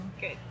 good